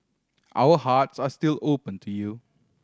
our hearts are still open to you